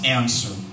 answer